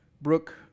Brooke